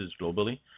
globally